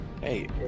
Hey